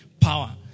power